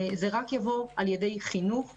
זה יבוא רק על ידי חינוך וטעימה.